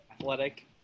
athletic